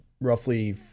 roughly